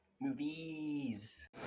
Movies